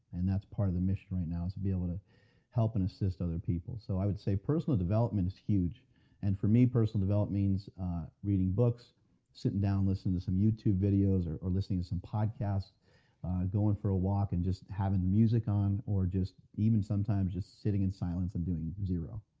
and that's part of the mission right now is to be able to help and assist other people. so i would say personal development is huge and for me, personal development means reading books sitting down listening to some youtube videos or or listening to some podcasts going for a walk and just having the music on, or just even sometimes just sitting in silence and doing zero